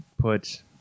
put